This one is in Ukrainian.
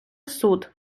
суд